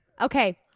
Okay